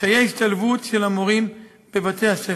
קשיי השתלבות של המורים בבתי-הספר.